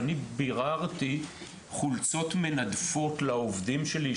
כשאני ביררתי על חולצות מנדפות לעובדים שלי,